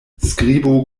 skribu